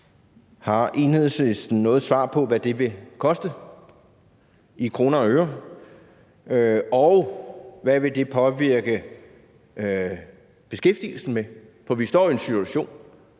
Har Enhedslisten noget svar på, hvad det vil koste i kroner og ører? Og hvad vil det påvirke beskæftigelsen med? For vi står jo i en situation,